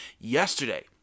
Yesterday